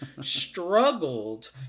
struggled